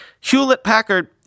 Hewlett-Packard